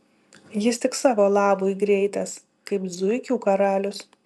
jis tik savo labui greitas kaip zuikių karalius